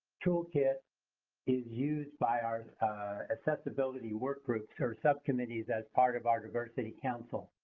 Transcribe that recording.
toolkit is used by our accessibility workgroups or subcommittees as part of our diversity council.